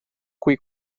cui